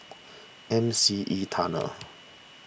M C E Tunnel